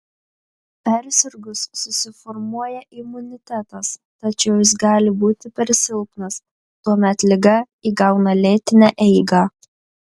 persirgus susiformuoja imunitetas tačiau jis gali būti per silpnas tuomet liga įgauna lėtinę eigą